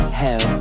hell